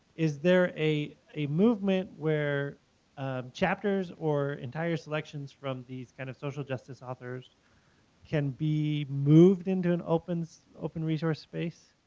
is there a a movement where chapters or entire selections from these kind of social justice authors can be moved into an open so open resource space?